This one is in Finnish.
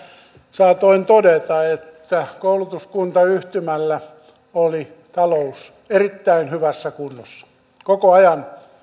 saatoin todeta että koulutuskuntayhtymällä oli talous erittäin hyvässä kunnossa koko ajan